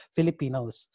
Filipinos